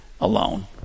alone